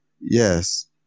Yes